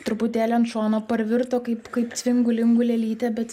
truputėlį ant šono parvirto kaip kaip cvingu lingu lėlytė bet